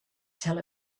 tell